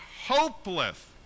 hopeless